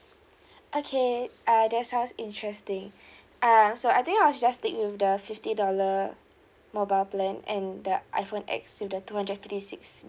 okay uh that sounds interesting uh so I think I will just stick with the fifty dollar mobile plan and the iphone X with the two hundred and fifty six